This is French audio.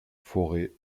fauré